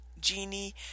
genie